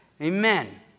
Amen